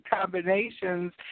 combinations